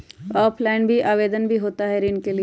Offline भी आवेदन भी होता है ऋण के लिए?